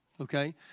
okay